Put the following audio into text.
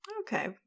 Okay